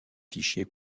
fichier